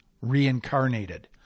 reincarnated